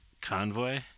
Convoy